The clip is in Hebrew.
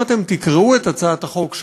אם אתם תקראו את הצעת החוק,